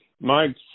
Mike